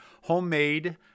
homemade